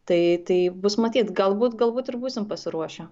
tai tai bus matyt galbūt galbūt ir būsim pasiruošę